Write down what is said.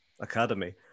academy